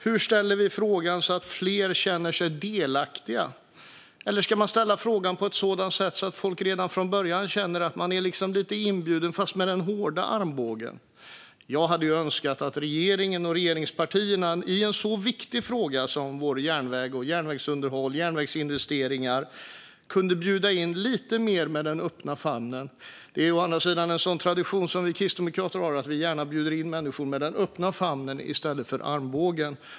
Hur ställer vi frågan så att fler känner sig delaktiga? Eller ska man ställa frågan på ett sådant sätt att folk redan från början känner att de är lite inbjudna fast med den hårda armbågen? Jag hade önskat att regeringen och regeringspartierna i en så viktig fråga som vår järnväg, vårt järnvägsunderhåll och våra järnvägsinvesteringar skulle kunna bjuda in lite mer med den öppna famnen. Det är å andra sidan en sådan tradition som vi kristdemokrater har; vi bjuder gärna in människor med den öppna famnen i stället för med armbågen.